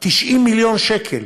90 מיליון שקל,